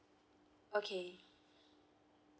okay